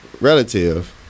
relative